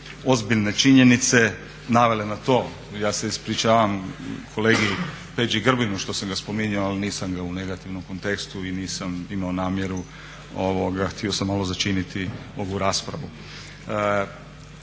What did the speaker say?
ozbiljne činjenice navele na to. Ja se ispričavam kolegi Peđi Grbinu što sam ga spominjao, ali nisam ga u negativnom kontekstu i nisam imao namjeru. Htio sam malo začiniti ovu raspravu.